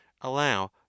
allow